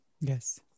Yes